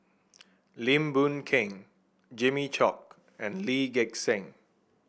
Lim Boon Keng Jimmy Chok and Lee Gek Seng